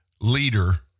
leader